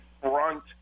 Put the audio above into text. front